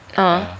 ah